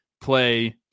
play